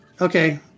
Okay